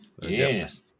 Yes